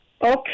Okay